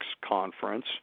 Conference